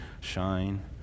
shine